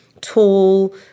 tall